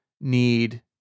need